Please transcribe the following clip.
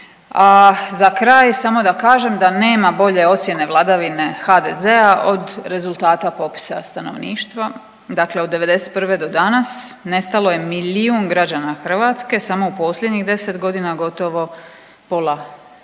za kraj samo da kažem da nema bolje ocjene vladavine HDZ-a od rezultata popisa stanovništva, dakle od '91. do danas nestalo je milijun građana Hrvatske, samo u posljednjih 10.g. gotovo pola